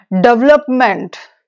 development